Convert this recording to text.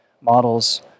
models